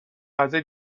ازت